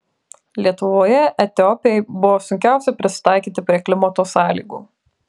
lietuvoje etiopei buvo sunkiausia prisitaikyti prie klimato sąlygų